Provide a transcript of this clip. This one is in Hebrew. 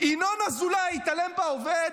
ינון אזולאי התעלל בעובד?